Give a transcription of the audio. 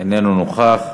איננו נוכח.